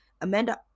Amanda